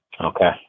Okay